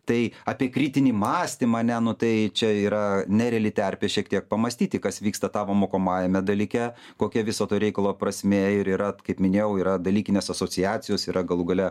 tai apie kritinį mąstymą ane nu tai čia yra nereali terpė šiek tiek pamąstyti kas vyksta tavo mokomajame dalyke kokia viso to reikalo prasmė ir yra kaip minėjau yra dalykinės asociacijos yra galų gale